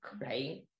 right